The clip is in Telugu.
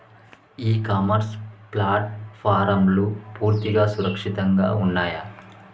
ఇ కామర్స్ ప్లాట్ఫారమ్లు పూర్తిగా సురక్షితంగా ఉన్నయా?